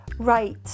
right